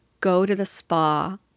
go-to-the-spa